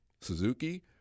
Suzuki